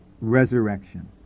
resurrection